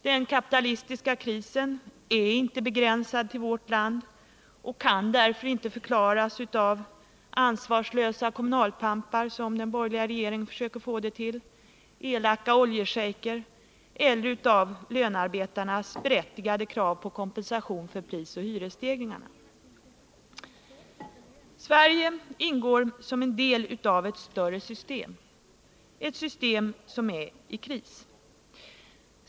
Den kapitalistiska krisen är inte begränsad till vårt land och kan därför inte förklaras av ”ansvarslösa kommunalpampar”, som den borgerliga regeringen försöker få det till, av elaka oljeschejker eller av lönearbetarnas berättigade krav på kompensation för prisoch hyresstegringarna. Sverige ingår som en del av ett större system — ett system i kris.